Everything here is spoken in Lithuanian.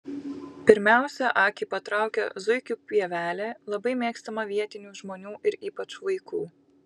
pirmiausia akį patraukia zuikių pievelė labai mėgstama vietinių žmonių ir ypač vaikų